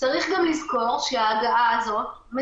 צריך להוסיף את העובדה שרובם